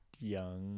young